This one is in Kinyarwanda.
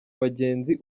abagenzi